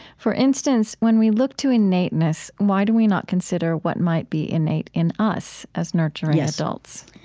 for instance, when we look to innateness, why do we not consider what might be innate in us as nurturing adults?